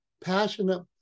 passionate